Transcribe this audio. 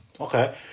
okay